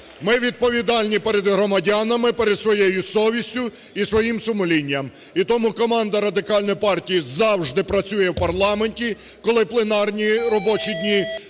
Ми відповідальні перед громадянами, перед своєю совістю, і своїм сумлінням. І тому команда Радикальної партії завжди працює в парламенті, коли пленарні робочі дні.